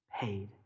paid